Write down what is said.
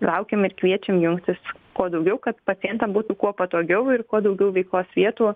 laukiam ir kviečiam jungtis kuo daugiau kad pacientam būtų kuo patogiau ir kuo daugiau veiklos vietų